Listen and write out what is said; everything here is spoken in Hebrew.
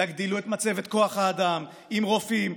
תגדילו את מצבת כוח האדם עם רופאים,